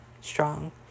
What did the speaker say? strong